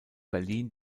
berlin